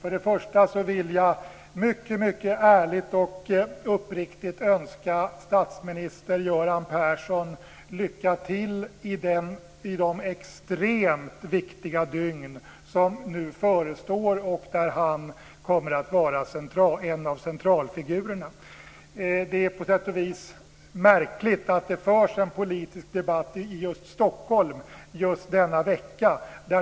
Först och främst vill jag mycket ärligt och uppriktigt önska statsminister Göran Persson lycka till i de extremt viktiga dygn som nu förestår och där han kommer att vara en av centralfigurerna. Det är på sätt och vis märkligt att det förs en politisk debatt i just Stockholm i just denna vecka.